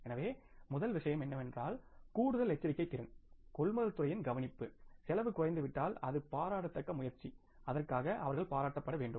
எனவே முதல் விஷயம் என்னவென்றால் கூடுதல் எச்சரிக்கை திறன் கொள்முதல் துறையின் கவனிப்பு செலவு குறைந்துவிட்டால் அது பாராட்டத்தக்க முயற்சி அதற்காக அவர்கள் பாராட்டப்பட வேண்டும்